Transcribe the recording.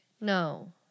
no